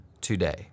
today